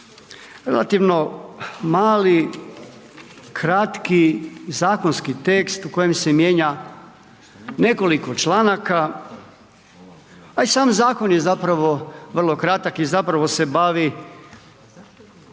relativno mali kratki, zakonski tekst u kojem se mijenja nekoliko članaka pa i sam zakon je zapravo vrlo kratak i zapravo se bavi